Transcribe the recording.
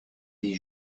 des